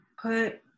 put